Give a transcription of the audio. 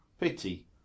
Pity